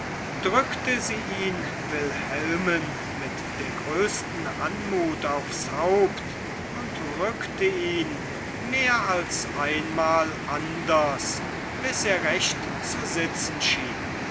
drückte sie ihn wilhelmen mit der größten anmut aufs haupt und rückte ihn mehr als einmal anders bis er recht zu sitzen schien